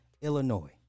Illinois